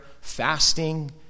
fasting